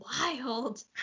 wild